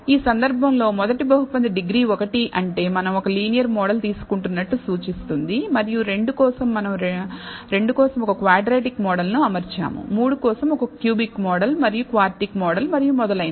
ఈ సందర్భంలో మొదటి బహుపది డిగ్రీ 1 అంటే మనం ఒక లీనియర్ మోడల్ తీసుకుంటున్నట్లు సూచిస్తుంది మరియు 2 కోసం మనం 2 కోసం ఒక క్వాడ్రాటిక్ మోడల్ను అమర్చాము 3 కోసం ఒక క్యూబిక్ మోడల్ మరియు క్వార్టిక్ మోడల్ మరియు మొదలైనవి